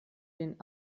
den